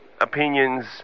opinions